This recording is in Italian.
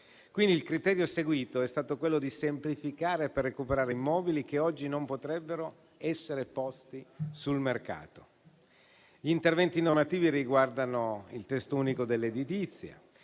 il criterio seguito è stato quello di semplificare per recuperare immobili che oggi non potrebbero essere posti sul mercato. Gli interventi normativi riguardano il testo unico dell'edilizia,